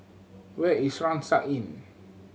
where is Rucksack Inn